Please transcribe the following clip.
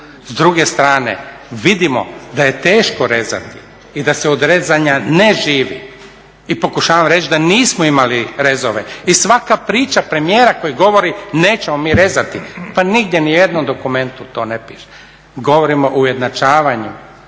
S druge strane, vidimo da je teško rezati i da se od rezanja ne živi i pokušavam reći da nismo imali rezove i svaka priča premijera koji govori nećemo mi rezati pa nigdje u nijednom dokumentu to ne piše. Govorimo o ujednačavanju